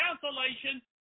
cancellation